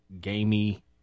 gamey